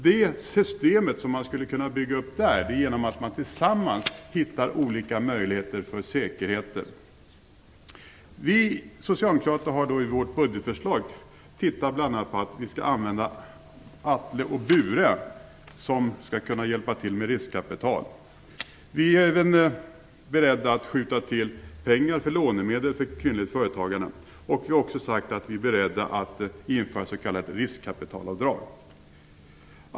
Det system som man där skulle kunna bygga upp är att man tillsammans hittar olika möjligheter för säkerheter. Vi socialdemokrater har i vårt budgetförslag pekat på att vi skall använda Atle och Bure för att hjälpa till med riskkapital. Vi är även beredda att skjuta till lånemedel för kvinnligt företagande. Vi har också sagt att vi är beredda att införa ett s.k. riskkapitalavdrag.